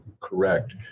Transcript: correct